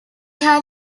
had